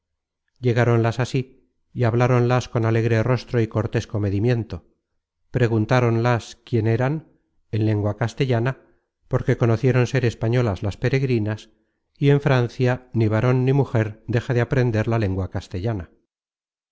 llegáronlas á sí y habláronlas con alegre rostro y cortés comedimiento preguntáronlas quién eran en lengua castellana porque conocieron ser españolas las peregrinas y en francia ni varon ni mujer deja de aprender la lengua castellana